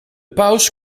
paus